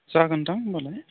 जागोन्दां होमब्लालाय